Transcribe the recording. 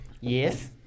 Yes